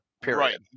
period